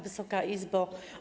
Wysoka Izbo!